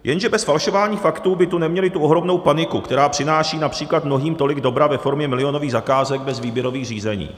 Jenže bez falšování faktů by tu neměli tu ohromnou paniku, která přináší například mnohým tolik dobra ve formě milionových zakázek bez výběrových řízení.